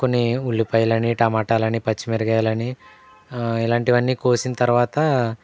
కొన్ని ఉల్లిపాయలని టమాటాలని పచ్చిమిరకాయలని ఇలాంటివన్నీ కోసిన తర్వాత